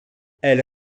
elle